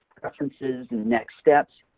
preferences, and next steps.